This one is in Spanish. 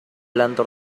planta